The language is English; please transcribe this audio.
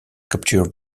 captured